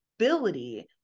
ability